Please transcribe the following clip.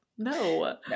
No